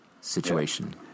situation